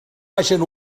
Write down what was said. hagen